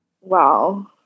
Wow